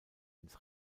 ins